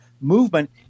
movement